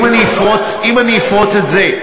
אם אני אפרוץ את זה,